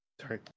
Sorry